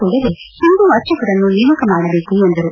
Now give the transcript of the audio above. ಕೂಡಲೇ ಹಿಂದೂ ಆರ್ಚಕರನ್ನು ನೇಮಕ ಮಾಡಬೇಕೆಂದರು